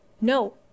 No